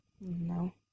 No